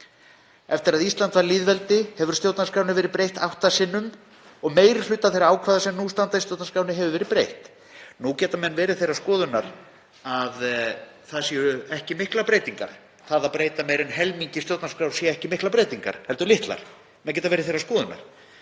Eftir að Ísland varð lýðveldi hefur stjórnarskránni verið breytt átta sinnum og meiri hluta þeirra ákvæða sem nú standa í stjórnarskránni hefur verið breytt. Nú geta menn verið þeirrar skoðunar að það séu ekki miklar breytingar, það að breyta meira en helmingi í stjórnarskrá séu ekki miklar breytingar heldur litlar. Menn geta verið þeirrar skoðunar.